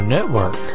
Network